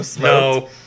No